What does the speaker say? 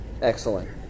Excellent